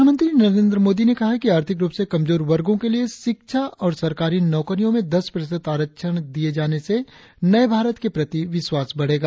प्रधानमंत्री नरेंद्र मोदी ने कहा है कि आर्थिक रुप से कमजोर वर्गो के लिए शिक्षा और सरकारी नौकरियों में दस प्रतिशत आरक्षण दिए जाने से नए भारत के प्रति विश्वास बढ़ेगा